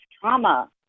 trauma